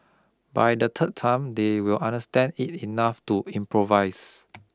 by the third time they will understand it enough to improvise